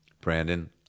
Brandon